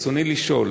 רצוני לשאול: